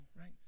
right